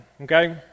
okay